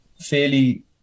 fairly